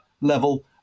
level